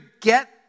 get